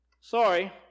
Sorry